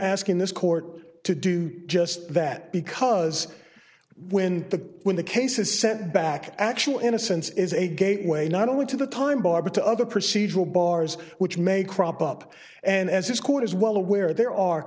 asking this court to do just that because when the when the case is sent back actual innocence is a gateway not only to the time barba to other procedural bars which may crop up and as this court is well aware there are